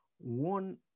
one